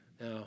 Now